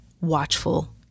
watchful